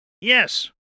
Yes